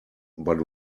but